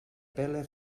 pele